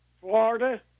Florida